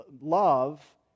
Love